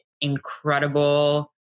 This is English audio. incredible